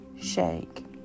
shake